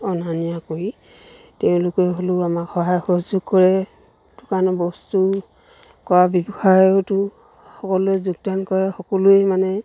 অনা নিয়া কৰি তেওঁলোকে হ'লেও আমাক সহায় সহযোগ কৰে দোকানৰ বস্তু কৰা ব্যৱসায়তো সকলোৱে যোগদান কৰে সকলোৱে মানে